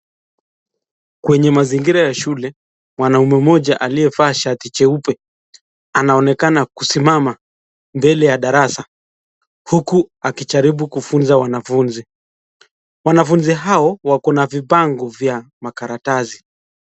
Kwenye mazingira ya shule mwalimu mmoja aliyevaa shati jeupe anaonekana kusimama mbele ya darasa huku akijaribu kufunza wanafunzi, wanafunzi hao wako na vibango vya makaratasi.